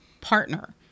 partner